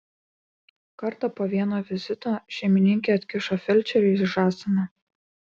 kartą po vieno vizito šeimininkė atkišo felčeriui žąsiną